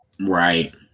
Right